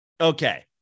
okay